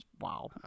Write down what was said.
wow